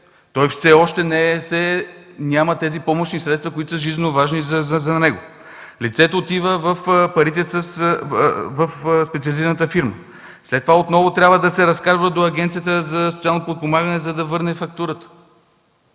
Той все още няма тези помощни средства, които са жизнено важни за него. Лицето отива с парите в специализираната фирма. След това отново трябва да се разкарва до Агенцията за социално подпомагане, за да върне фактурата.